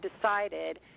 decided